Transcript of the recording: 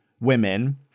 women